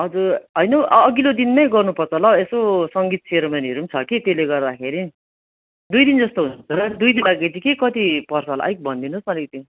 हजुर होइन हौ अघिल्लो दिन नै गर्नु पर्छ होलौ यसो सङ्गीत सेरेमनीहरू पनि छ कि त्यसले गर्दाखेरि नि दुई दिनजस्तो हुन्छ होला दुई दिनको लागि के कति पर्छ होला अलिक भनिदिनुहोस् न अतिकति